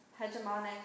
hegemonic